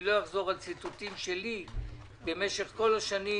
לא אחזור על ציטוטים שלי במשך כל השנים,